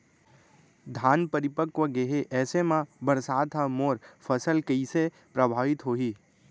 धान परिपक्व गेहे ऐसे म बरसात ह मोर फसल कइसे प्रभावित होही?